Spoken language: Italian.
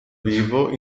vivo